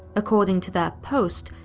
according to their post,